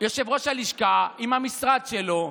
יושב-ראש הלשכה עם המשרד שלו,